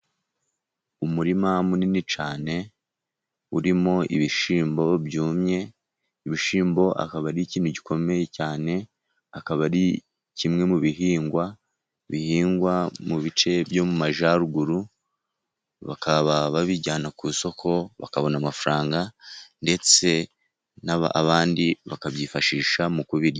Umurima munini cyane urimo ibishymbo byumye ,ibishyimbo akaba ari ikintu gikomeye cyane, akaba ari kimwe mu bihingwa bihingwa mu bice byo mu majyaruguru ,bakaba babijyana ku isoko bakabona amafaranga ,ndetse n'abandi bakabyifashisha mu kubirya.